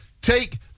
Take